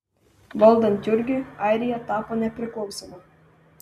valdant jurgiui airija tapo nepriklausoma